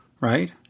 right